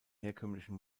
herkömmlichen